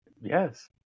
Yes